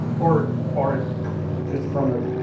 or or just from the.